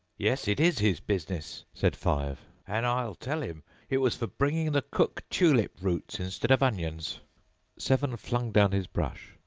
yes, it is his business said five, and i'll tell him it was for bringing the cook tulip-roots instead of onions seven flung down his brush,